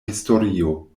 historio